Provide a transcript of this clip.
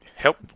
help